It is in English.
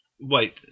Wait